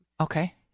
Okay